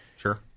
Sure